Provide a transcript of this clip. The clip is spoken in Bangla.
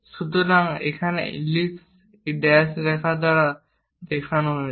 সুতরাং এখানে ইলিপ্স এই ড্যাশ রেখা দ্বারা দেখানো হয়েছে